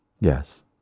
Yes